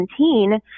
2017